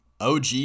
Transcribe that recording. OG